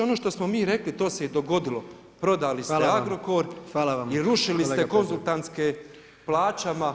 Ono što smo mi rekli, to se i dogodilo, prodali ste Agrokor i rušili ste konzultantske plaćama